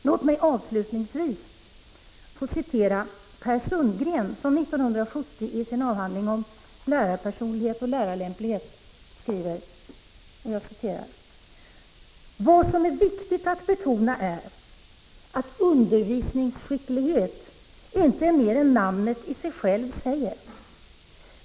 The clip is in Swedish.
Låt mig avslutningsvis får citera Per Sundgren m.fl., som 1970 i en avhandling om lärarpersonlighet och lärarlämplighet skrev: ”Vad som är viktigt att betona är, att undervisningsskicklighet inte är mer än namnet i sig självt säger.